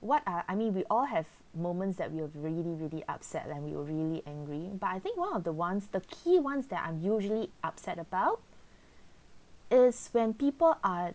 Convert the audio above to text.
what are I mean we all have moments that we have really really upset like you were really angry but I think one of the ones the key ones that I'm usually upset about is when people are